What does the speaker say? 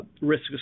risk